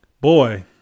boy